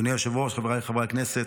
אדוני היושב-ראש, חבריי חברי הכנסת,